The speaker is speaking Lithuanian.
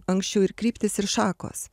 anksčiau ir kryptys ir šakos